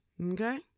okay